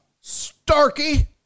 starkey